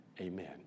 Amen